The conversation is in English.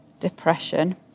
depression